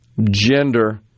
gender